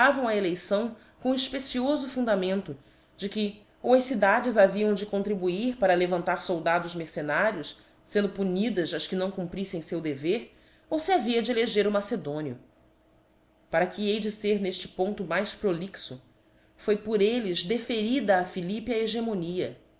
a eleição com o efpeciofo fundamento de que ou as cidades haviam de contribuir para levantar foldados mercenários fendo punidas as que não cumpriítem feu dever ou fe havia de eleger o macedónio para que hei de fer nefte ponto mais prolixo foi por elles deferida a philippe a